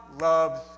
loves